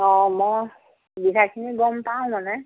অঁ মই বিঘাখিনি গম পাওঁ মানে